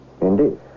Indeed